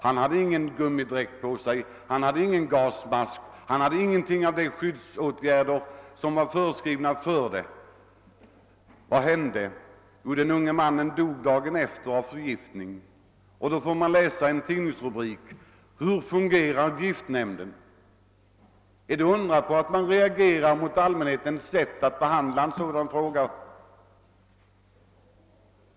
Han hade ingen gummidräkt på sig, han bar ingen gasmask — han vidtog inga av de skyddsåtgärder som var föreskrivna. Dagen därefter dog den unge mannen av förgiftning. Då får man i tidningsrubriker läsa: Hur fungerar giftnämnden? — Är det att undra på att man reagerar mot allmänhetens sätt att behandla en sådan fråga?